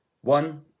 One